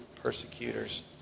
persecutors